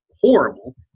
horrible